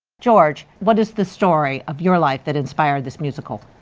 george, what is the story of your life that inspired this musical?